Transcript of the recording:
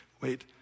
wait